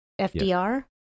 FDR